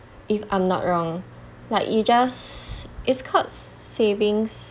if I'm not wrong like you just it's called savings